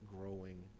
growing